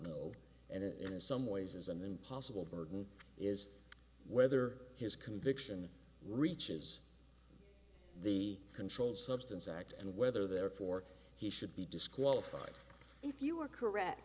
some ways is an impossible burden is whether his conviction reaches the controlled substance act and whether therefore he should be disqualified if you are correct